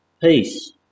peace